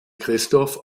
christoph